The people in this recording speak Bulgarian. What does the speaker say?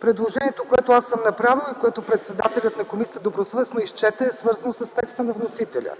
Предложението, което аз съм направила и което председателят на комисията добросъвестно изчете, е свързано с текста на вносителя,